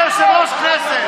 אתה יושב-ראש הכנסת.